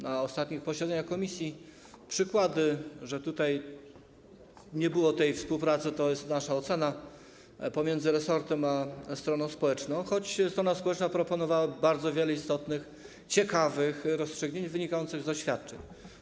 Na ostatnich posiedzeniach komisji mieliśmy przykłady, że nie było współpracy, to jest nasza ocena, pomiędzy resortem a stroną społeczną, choć strona społeczna proponowała bardzo wiele istotnych, ciekawych rozstrzygnięć wynikających z doświadczeń.